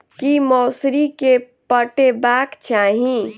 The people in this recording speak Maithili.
की मौसरी केँ पटेबाक चाहि?